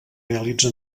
realitza